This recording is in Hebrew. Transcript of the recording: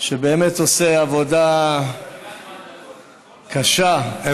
שבאמת עושה עבודה קשה במשרד הרווחה,